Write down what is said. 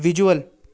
visual